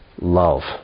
love